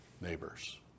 Neighbors